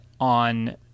on